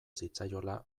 zitzaiola